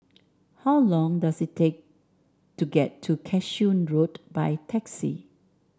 how long does it take to get to Cashew Road by taxi